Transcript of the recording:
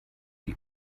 die